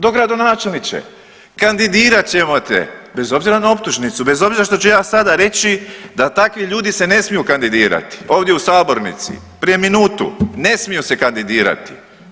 Dogradonačelniče kandidirat ćemo te bez obzira na optužnicu, bez obzira što ću ja sada reći da takvi ljudi se ne smiju kandidirati ovdje u sabornici prije minutu, ne smiju se kandidirati.